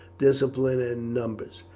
discipline, and numbers.